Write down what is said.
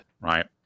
right